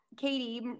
Katie